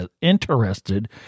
interested